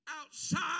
outside